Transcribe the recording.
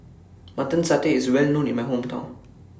Mutton Satay IS Well known in My Hometown